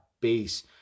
base